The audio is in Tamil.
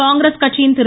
காங்கிரஸ் கட்சியின் திரு